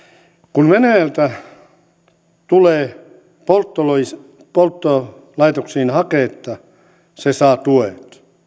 kun venäjältä tulee polttolaitoksiin polttolaitoksiin haketta se saa tuen